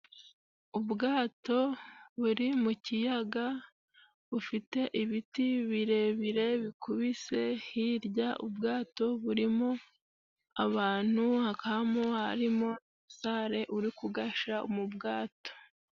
Ubwato buri mu kiyaga bufite ibiti birebire bikubise hirya, ubwato burimo abantu hakaba mo hari mo umusare uri kugasha mu bwato.